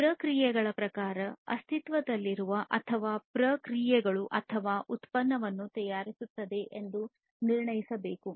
ಪ್ರಕ್ರಿಯೆಗಳ ಪ್ರಕಾರ ಅಸ್ತಿತ್ವದಲ್ಲಿರುವ ಅಥವಾ ಪ್ರಕ್ರಿಯೆಗಳು ಅಥವಾ ಉತ್ಪನ್ನವನ್ನು ತಯಾರಿಸಲಾಗುತ್ತಿದೆ ಎಂದು ನಿರ್ಣಯಿಸಬೇಕು